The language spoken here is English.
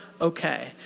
Okay